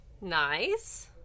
Nice